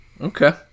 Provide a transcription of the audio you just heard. Okay